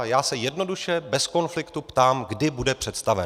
Já se jednoduše, bez konfliktu ptám, kdy bude představen.